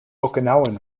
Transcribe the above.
okinawan